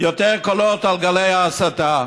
יותר קולות על גלי ההסתה.